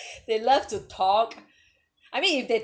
they love to talk I mean if they